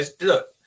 Look